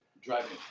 driving